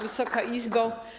Wysoka Izbo!